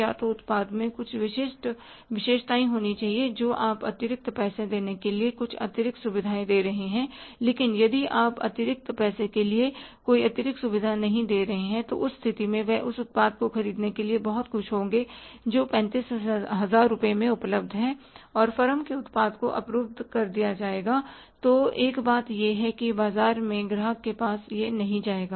या तो उत्पाद में कुछ विशिष्ट विशेषताएँ होनी चाहिए जो आप अतिरिक्त पैसे के लिए कुछ अतिरिक्त सुविधाएँ दे रहे हैं लेकिन यदि आप अतिरिक्त पैसे के लिए कोई अतिरिक्त सुविधा नहीं दे रहे हैं तो उस स्थिति में वह उस उत्पाद को खरीदने के लिए बहुत खुश होंगे जो 35000 रुपये में उपलब्ध है और फर्म के उत्पाद को अवरुद्ध कर दिया जाएगातो एक बात यह है कि यह बाजार में ग्राहक के पास नहीं जाएगा